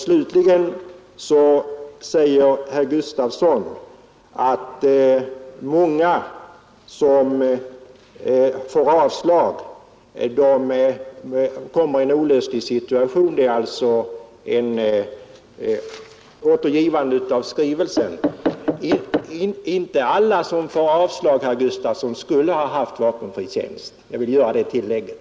Slutligen sade herr Gustafson att många som får avslag hamnar i en olöslig konflikt; han återgav här skrivelsen. Alla som får avslag, herr Gustafson, skulle inte ha haft vapenfri tjänst.